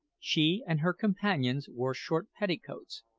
she and her companions wore short petticoats,